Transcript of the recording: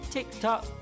TikTok